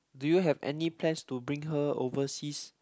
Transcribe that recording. do you have any plans to bring her overseas